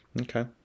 Okay